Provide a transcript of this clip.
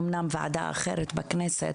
אמנם וועדה אחרת בכנסת,